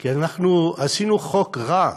כי אנחנו עשינו חוק רע.